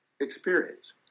experience